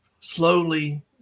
slowly